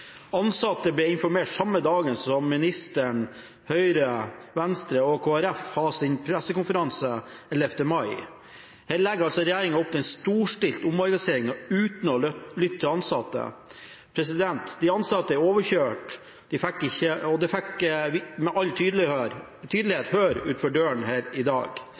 Ansatte ble informert samme dag som ministeren, Høyre, Venstre og Kristelig Folkeparti hadde sin pressekonferanse 11. mai. Her legger altså regjeringen opp til en storstilt omorganisering uten å lytte til de ansatte. De ansatte er overkjørt, og det fikk vi med all tydelighet høre utenfor her i dag.